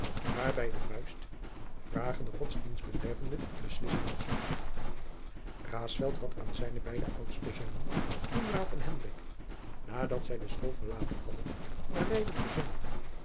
waarbij de vuist vragen de godsdienst betreffende beslissen moest raesfelt had zijne beide oudste zonen koenraad en hendrik nadat zij de school verlaten hadden naar leyden gezonden